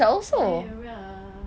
era